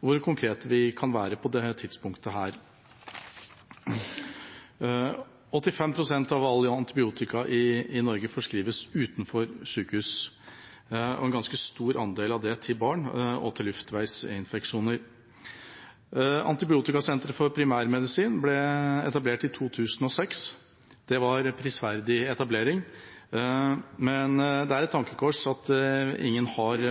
hvor konkrete vi kan være på dette tidspunktet. 85 pst. av all antibiotika i Norge forskrives utenfor sykehus, en ganske stor andel av det til barn og i forbindelse med luftveisinfeksjoner. Antibiotikasenteret for primærmedisin ble etablert i 2006. Det var en prisverdig etablering, men det er et tankekors at ingen har